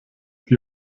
die